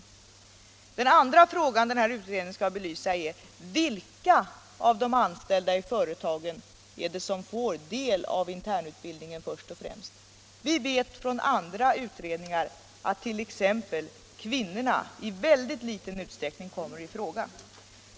För det andra skall utredningen belysa vilka av de anställda i företagen som först och främst får del av internutbildningen. Vi vet från andra utredningar att t.ex. kvinnorna i väldigt liten utsträckning kommer i fråga.